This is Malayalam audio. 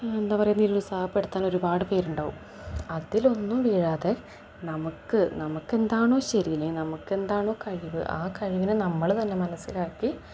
എന്താ പറയുക നിരുത്സാഹപ്പെടുത്താൻ ഒരുപാട് പേരുണ്ടാകും അതിലൊന്നും വീഴാതെ നമുക്ക് നമുക്കെന്താണോ ശരി തന്നെ നമുക്കെന്താണോ കഴിവ് ആ കഴിവിനെ നമ്മൾ തന്നെ മനസ്സിലാക്കി